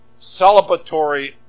celebratory